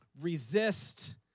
resist